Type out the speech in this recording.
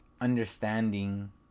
understanding